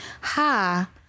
ha